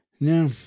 No